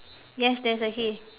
yes there's a hay